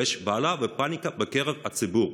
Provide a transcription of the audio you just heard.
ויש בהלה ופניקה בקרב הציבור.